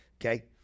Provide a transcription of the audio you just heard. Okay